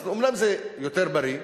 אז אומנם זה יותר בריא,